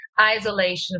isolation